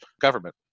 government